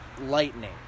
lightning